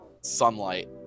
sunlight